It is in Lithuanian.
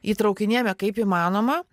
įtraukinėjame kaip įmanoma